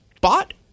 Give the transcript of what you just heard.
bought –